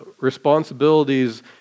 responsibilities